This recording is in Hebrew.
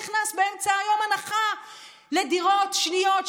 נכנסה באמצע היום הנחה לדירות שניות,